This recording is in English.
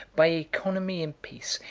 by economy in peace,